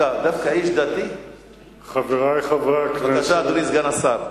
חבר הכנסת נסים